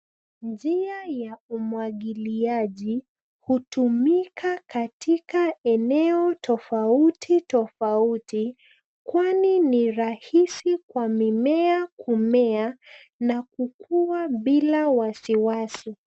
Njia ya umwagiliaji hutumika katika eneo tofauti tofauti kwani ni rahisi kwa mimea kumea na kukua bila wasiwasi.